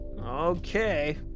Okay